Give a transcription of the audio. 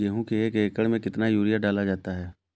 गेहूँ के एक एकड़ में कितना यूरिया डाला जाता है?